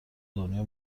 دنیا